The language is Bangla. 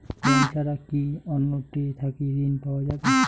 ব্যাংক ছাড়া কি অন্য টে থাকি ঋণ পাওয়া যাবে?